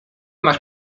masz